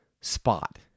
spot